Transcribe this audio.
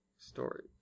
Story